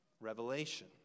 revelation